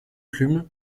plumes